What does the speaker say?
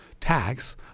tax